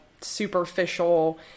superficial